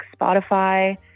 Spotify